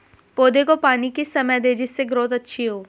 पौधे को पानी किस समय दें जिससे ग्रोथ अच्छी हो?